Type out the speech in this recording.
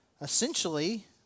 Essentially